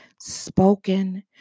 spoken